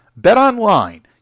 BetOnline